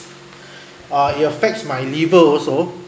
err it affects my liver also